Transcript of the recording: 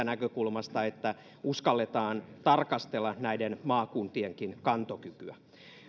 näkökulmasta että uskalletaan tarkastella näiden maakuntienkin kantokykyä